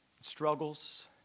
struggles